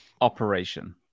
operation